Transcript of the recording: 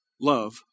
love